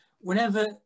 whenever